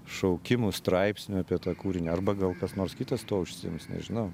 šaukimų straipsnių apie tą kūrinį arba gal kas nors kitas tuo užsiims nežinau